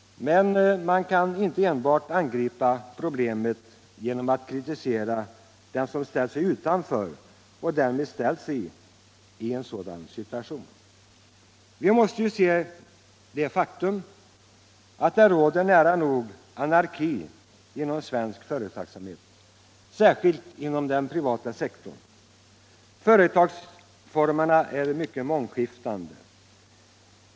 Men man kan inte enbart angripa problemet genom att kritisera dem som ställt sig utanför och därmed försatt sig i en sådan här situation. Vi måste ju se det faktum att det råder nära nog anarki inom svensk företagsamhet, särskilt inom den privata sektorn. Företagsformerna är mångskiftande.